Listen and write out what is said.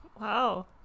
Wow